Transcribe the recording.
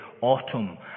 autumn